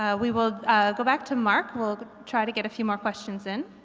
ah we will go back to mark, we'll try to get a few more questions in.